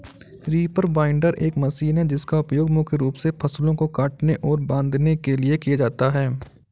reaper binder एक machine है जिसका उपयोग मुख्य रूप से फसलों को काटने और बांधने के लिए किया जाता है